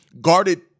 guarded –